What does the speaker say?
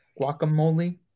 Guacamole